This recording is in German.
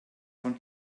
von